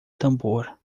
tambor